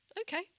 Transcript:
okay